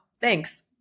Thanks